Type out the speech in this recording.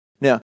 Now